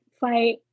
fight